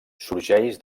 sorgeix